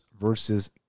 versus